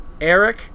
Eric